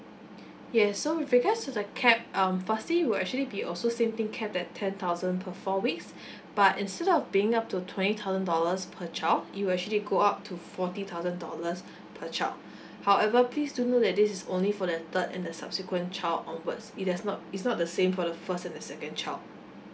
yes so with regards to the cap um firstly will actually be also same thing capped at ten thousand per four weeks but instead of being up to twenty thousand dollars per child it will actually go up to forty thousand dollars per child however please do note that this is only for the third and the subsequent child onwards it does not it's not the same for the first and the second child